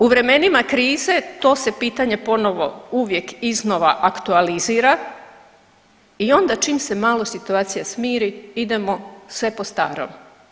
U vremenima krize to se pitanje ponovo uvijek iznova aktualizira i onda čim se malo situacija smiri idemo sve po starom.